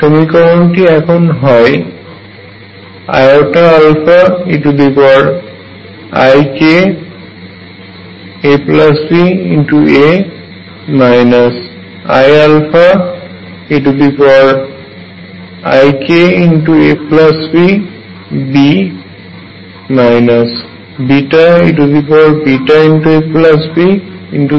সমীকরণটি এখন হয় iαeikabA iαeikabB βeabCβe βabD0